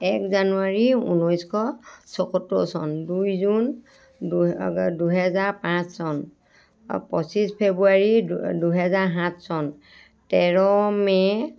এক জানুৱাৰী ঊনৈছশ ছয়সত্তৰ চন দুই জুন দুহেজাৰ পাঁচ চন পঁচিছ ফেব্ৰুৱাৰী দুহেজাৰ সাত চন তেৰ মে'